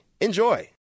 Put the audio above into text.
Enjoy